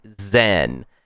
zen